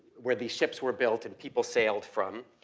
where the ships were built and people sailed from.